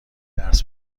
درس